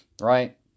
Right